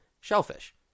shellfish